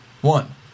One